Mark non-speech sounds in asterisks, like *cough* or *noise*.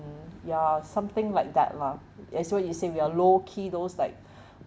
ya something like that lah as what you said we are low key those like *breath*